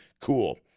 cool